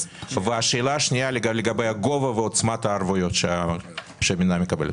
שנית, לגבי גובה ועוצמת הערבויות שהמדינה מקבלת.